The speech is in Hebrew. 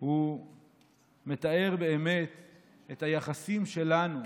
הוא מתאר את היחסים שלנו,